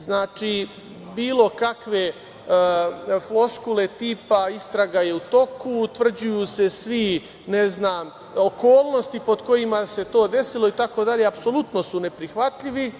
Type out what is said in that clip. Znači, bilo kakve floskule tipa – istraga je u toku, utvrđuju se okolnosti pod kojima se to desilo itd, apsolutno su neprihvatljivi.